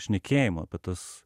šnekėjimo apie tas